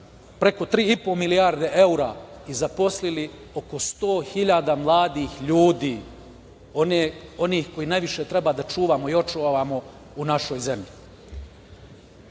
preko 3,5 milijarde evra i zaposlili oko 100.000 mladih ljudi, onih koje najviše trebamo da čuvamo i očuvamo u našoj zemlji. Drago